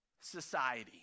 society